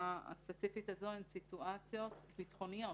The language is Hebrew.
הספציפית הזאת הן סיטואציות ביטחוניות.